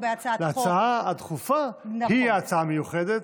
ההצעה הדחופה היא ההצעה המיוחדת,